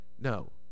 No